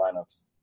lineups